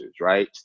right